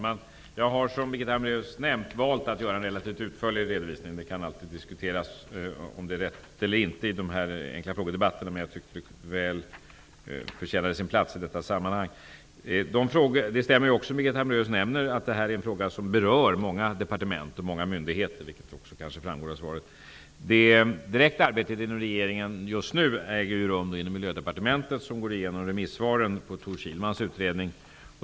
Herr talman! Som Birgitta Hambraeus nämnde har jag valt att göra en relativt utförlig redovisning. Det kan alltid diskuteras om det är rätt eller inte att göra det i de enkla frågedebatterna, men jag tyckte att det väl förtjänade sin plats i detta sammanhang. Det stämmer, som Birgitta Hambraeus nämnde, att detta är en fråga som berör många departement och myndigheter, vilket kanske också framgår av svaret. Det direkta arbetet inom regeringen just nu äger rum i Miljödepartementet som går igenom remissvaren på Tor Kihlmans utredning.